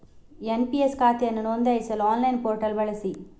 NPS ಖಾತೆಯನ್ನು ನೋಂದಾಯಿಸಲು online portal ಬಳಸಿ